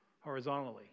horizontally